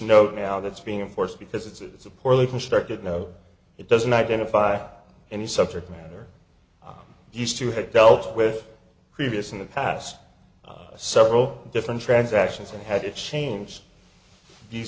note now that's being enforced because it's a poorly constructed know it doesn't identify any subject matter i used to have dealt with previous in the past several different transactions and had to change